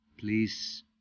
Please